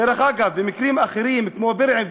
דרך אגב, במקרים אחרים, כמו בירעם ואקרית,